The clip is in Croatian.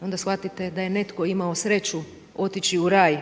onda shvatite da je netko imao sreću otići u raj